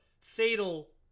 fatal